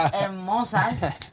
hermosas